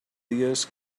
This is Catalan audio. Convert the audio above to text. dies